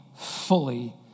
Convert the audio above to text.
fully